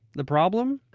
the problem,